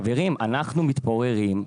חברים, אנחנו מתפוררים.